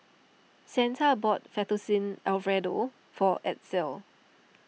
Santa bought Fettuccine Alfredo for Edsel